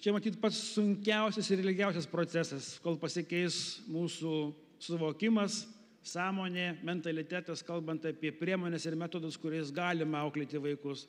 čia matyt pats sunkiausias ir ilgiausias procesas kol pasikeis mūsų suvokimas sąmonė mentalitetas kalbant apie priemones ir metodus kuriais galime auklėti vaikus